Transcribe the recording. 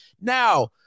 Now